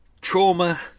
trauma